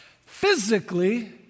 Physically